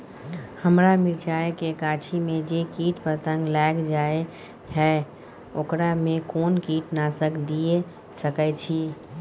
हमरा मिर्चाय के गाछी में जे कीट पतंग लैग जाय है ओकरा में कोन कीटनासक दिय सकै छी?